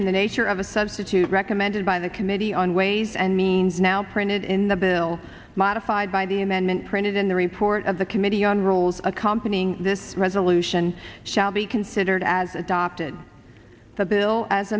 in the nature of a substitute recommended by the committee on ways and means now printed in the bill modified by the amendment printed in the report of the committee on rules accompanying this resolution shall be considered as adopted the bill as